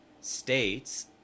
states